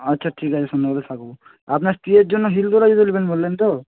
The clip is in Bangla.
আচ্ছা ঠিক আছে সন্ধ্যাবেলা থাকব আপনার স্ত্রীয়ের জন্য হিল তোলা জুতো নেবেন বললেন তো